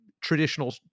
traditional